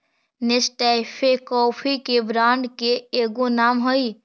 Nescafe coffee के brand के एगो नाम हई